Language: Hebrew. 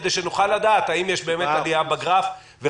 כדי שנוכל לדעת האם יש עלייה בגרף.